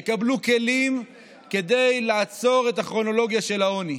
יקבלו כלים כדי לעצור את הכרונולוגיה של העוני.